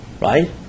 right